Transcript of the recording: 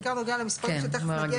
זה בעיקר נוגע למספרים שתיכף נגיע